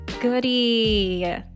Goody